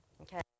Okay